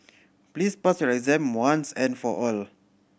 please pass your exam once and for all